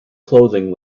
clothing